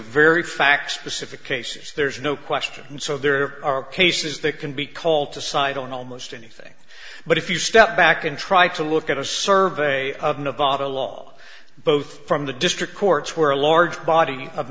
very fact specific cases there's no question and so there are cases that can be called decide on almost anything but if you step back and try to look at a survey of nevada law both from the district courts where a large body of